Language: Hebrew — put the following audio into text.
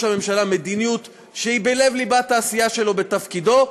הממשלה מדיניות שהיא בלב-ליבת העשייה שלו בתפקידו,